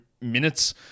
minutes